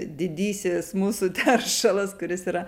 didysis mūsų teršalas kuris yra